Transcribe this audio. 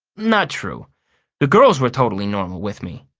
not true the girls were totally normal with me.